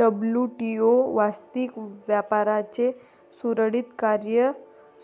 WTO वास्तविक व्यापाराचे सुरळीत कार्य